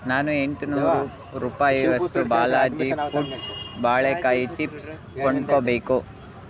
ನಾನು ಎಂಟು ನೂರು ರೂಪ್ ರೂಪಾಯಿಯಷ್ಟು ಬಾಲಾಜಿ ಫುಡ್ಸ್ ಬಾಳೇಕಾಯಿ ಚಿಪ್ಸ್ ಕೊಂಡ್ಕೊಳ್ಬೇಕು